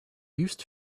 used